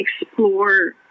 explore